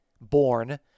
born